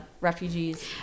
refugees